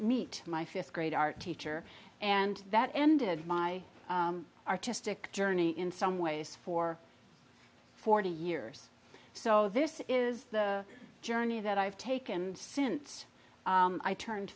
meet my fifth grade art teacher and that ended my artistic journey in some ways for forty years so this is the journey that i've taken since i turned